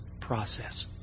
process